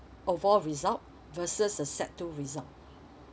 overall result versus the sec two result